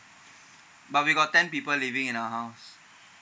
but we got ten people living in a house